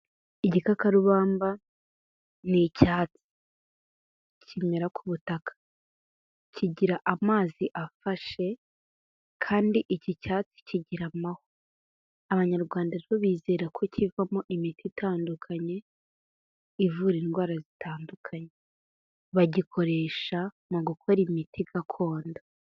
Igikakarubamba ni icyatsi, kimera ku butaka, kigira amazi afashe kandi iki cyatsi kigira amahwa, Abanyarwanda rero bizera ko kivamo imiti itandukanye, ivura indwara zitandukanye, bagikoresha mu gukora imiti gakondo.